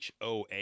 HOA